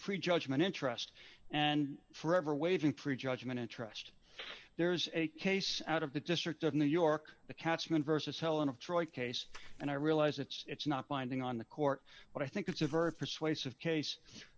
prejudgment interest and forever waiving prejudgment interest there's a case out of the district of new york the catchment versus helen of troy case and i realize it's not binding on the court but i think it's a very persuasive case